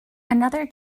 another